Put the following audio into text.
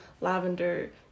lavender